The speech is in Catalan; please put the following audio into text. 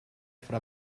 fra